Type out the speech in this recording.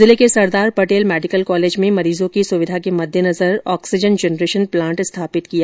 जिले के Sardar Patel medical college में मरीजों की सुविधा के मद्देनजर ऑक्सीजन जनरेशन प्लांट स्थापित किया जा रहा है